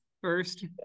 First